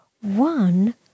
One